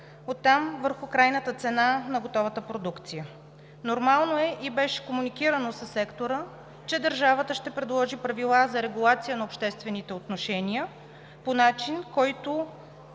оттам върху крайната цена на готовата продукция. Нормално е и беше комуникирано със сектора, че държавата ще предложи правила за регулация на обществените отношения по начин, който